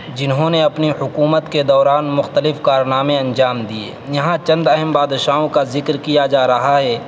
جنہوں نے اپنی حکومت کے دوران مختلف کارنامے انجام دیئے یہاں چند اہم بادشاہوں کا ذکر کیا جا رہا ہے